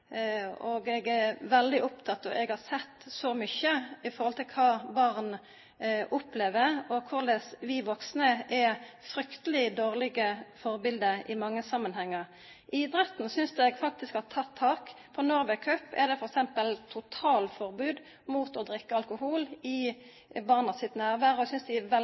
Eg er veldig oppteken av, og eg har sett så mykje i forhold til kva barn opplever, korleis vi vaksne er frykteleg dårlege førebilete i mange samanhengar. Idretten synest eg faktisk har teke tak. I Norway Cup er det f.eks. totalforbod mot å drikka alkohol i barna sitt nærvær. Eg synest dei